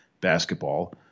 basketball